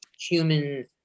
human